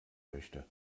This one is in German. möchte